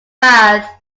bath